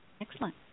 Excellent